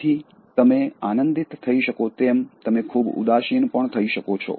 તેથી તમે આનંદિત થઈ શકો તેમ તમે ખૂબ ઉદાસીન પણ થઈ શકો છો